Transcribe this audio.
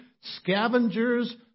scavengers